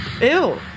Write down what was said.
Ew